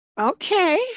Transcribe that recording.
Okay